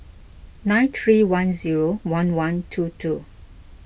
nine three one zero one one two two